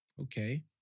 Okay